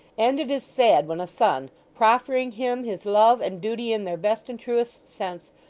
and it is sad when a son, proffering him his love and duty in their best and truest sense,